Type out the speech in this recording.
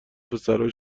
پسرها